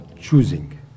choosing